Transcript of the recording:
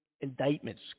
indictments